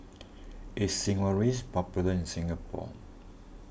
is Sigvaris popular in Singapore